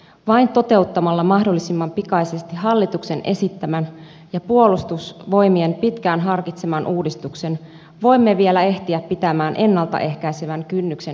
vain toteuttamalla mahdollisimman pikaisesti hallituksen esittämän ja puolustusvoimien pitkään harkitseman uudistuksen voimme vielä ehtiä pitämään ennalta ehkäisevän kynnyksen nykytasolla